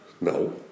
No